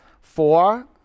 four